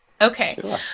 okay